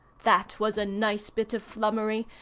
that was a nice bit of flummery,